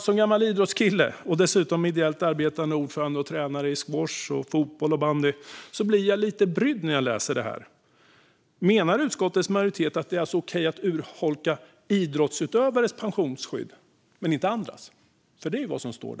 Som gammal idrottskille och dessutom ideellt arbetande ordförande och tränare i squash, fotboll och bandy blir jag lite brydd när jag läser detta. Menar utskottets majoritet att det är okej att urholka idrottsutövares pensionsskydd men inte andras? Det är ju vad det står.